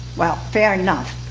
well, fair enough.